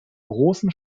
großen